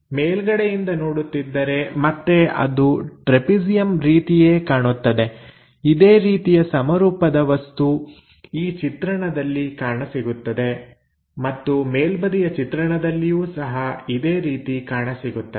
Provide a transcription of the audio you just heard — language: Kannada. ನಾವು ಮೇಲ್ಗಡೆಯಿಂದ ನೋಡುತ್ತಿದ್ದರೆ ಮತ್ತೆ ಅದು ಟ್ರೆಪೆಜಿಯಂ ರೀತಿಯೇ ಕಾಣುತ್ತದೆ ಇದೇ ರೀತಿಯ ಸಮರೂಪದ ವಸ್ತು ಈ ಚಿತ್ರಣದಲ್ಲಿ ಕಾಣಸಿಗುತ್ತದೆ ಮತ್ತು ಮೇಲ್ಬದಿಯ ಚಿತ್ರಣದಲ್ಲಿಯೂ ಸಹ ಇದೇ ರೀತಿ ಕಾಣಸಿಗುತ್ತದೆ